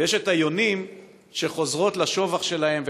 ויש את היונים שחוזרות לשובך שלהן,